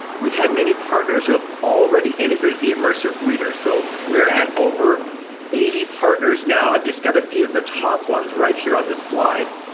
we've had many partners who've already integrated the immersive reader. so we're at over eighty partners now. i've just got a few of the top ones right here on this slide.